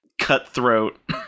cutthroat